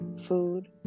food